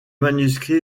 manuscrit